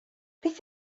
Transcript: beth